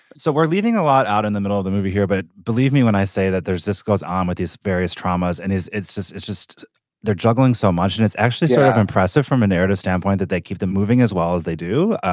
so we're leaving a lot out in the middle of the movie here. but believe me when i say that there's this goes on with his various traumas and it's just it's just they're juggling so much and it's actually sort of impressive from a narrative standpoint that they keep them moving as well as they do.